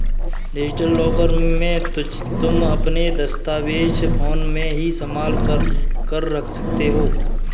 digital locker में तुम अपने दस्तावेज फोन में ही संभाल कर रख सकती हो